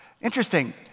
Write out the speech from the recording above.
Interesting